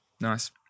Nice